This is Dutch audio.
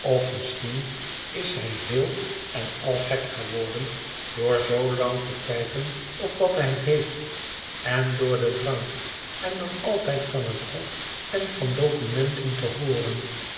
of misschien is hij heel en groote opschudding en ontsteltenis al gek geworden door zoolang te kijken op wat hij heeft en door den drank en door altijd van het hof en van documenten te hooren